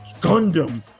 Gundam